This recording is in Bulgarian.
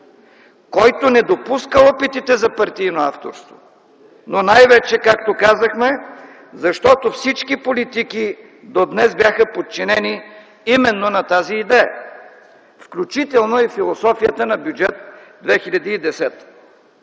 който не допуска опитите за партийно авторство, но най-вече, както казахме, защото всички политики до днес бяха подчинени именно на тази идея, включително и философията на Бюджет 2010 г.